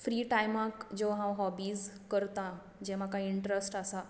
free टायमाक ज्यो hobbies करतां जें म्हाका इंट्रस्ट आसा